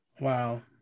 Wow